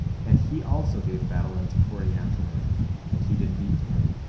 and he also gave battle unto coriantumr and he did beat him,